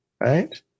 right